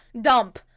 dump